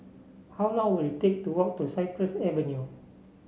how long will it take to walk to Cypress Avenue